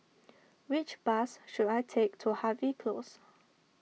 which bus should I take to Harvey Close